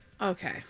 okay